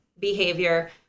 behavior